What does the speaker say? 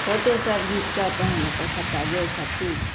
photo सभ घीच कऽ तहन ओकर सभटा गेल सभ चीज